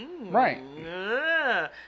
Right